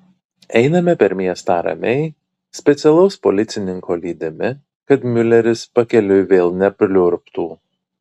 einame per miestą ramiai specialaus policininko lydimi kad miuleris pakeliui vėl nepliurptų